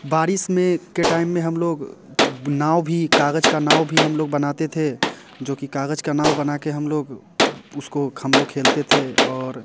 बारिश में के टाइम में हम लोग नाव भी कागज़ की नाव भी हम लोग बनाते थे जो कि कागज़ का नाव बना के हम लोग उसको हम लोग खेलते थे और